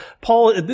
Paul